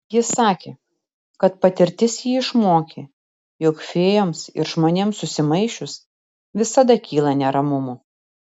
jis sakė kad patirtis jį išmokė jog fėjoms ir žmonėms susimaišius visada kyla neramumų